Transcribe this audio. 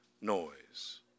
noise